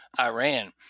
Iran